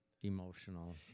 emotional